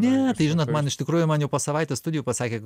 ne tai žinot man iš tikrųjų man jau po savaitės studijų pasakė